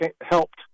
helped